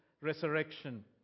resurrection